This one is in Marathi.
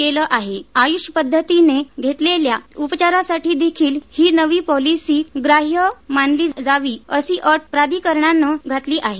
केवळ एलोपॅथीच नव्हे तर आयुष पद्धतीने घेतलेल्या उपचारांसाठी देखील ही नवी पॉलिसी ग्राह्य मानली जावी अशी अट प्राधिकरणाने घातली आहे